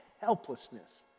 helplessness